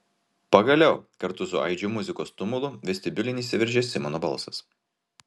pagaliau kartu su aidžiu muzikos tumulu vestibiulin įsiveržė simono balsas